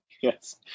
Yes